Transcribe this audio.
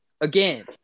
Again